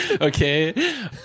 Okay